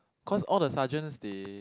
cause all the sergeants they